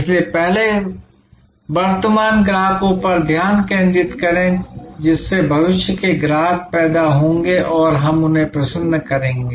इसलिए पहले वर्तमान ग्राहकों पर ध्यान केंद्रित करें जिससे भविष्य के ग्राहक पैदा होंगे और हम उन्हें कैसे प्रसन्न करेंगे